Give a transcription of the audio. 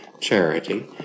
charity